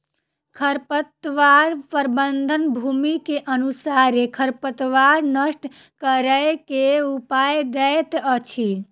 खरपतवार प्रबंधन, भूमि के अनुसारे खरपतवार नष्ट करै के उपाय दैत अछि